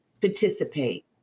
participate